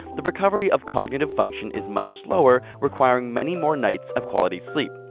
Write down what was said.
the recovery of cognitive function is much slower, requiring many more nights of quality sleep.